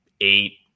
eight